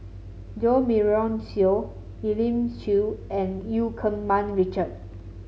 Jo Marion Seow Elim Chew and Eu Keng Mun Richard